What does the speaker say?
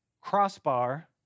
crossbar